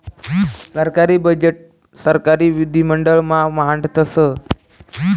सरकारी बजेट सरकारी विधिमंडळ मा मांडतस